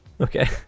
Okay